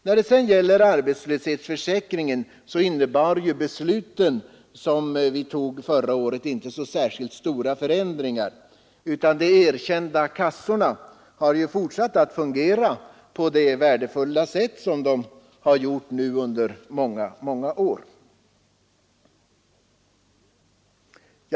När det sedan gäller arbetslöshetsförsäkringen innebar de beslut som vi fattade förra året inte särskilt stora förändringar, utan de erkända kassorna har fortsatt att fungera på det värdefulla sätt som de gjort under många år.